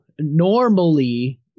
normally